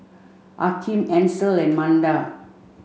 Akeem Ansel and Manda